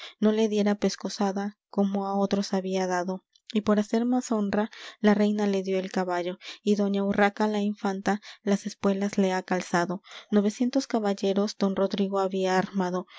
no le diera pescozada como á otros había dado y por hacerle más honra la reina le dió el caballo y doña urraca la infanta las espuelas le ha calzado novecientos caballeros don rodrigo había armado